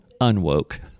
unwoke